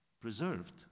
preserved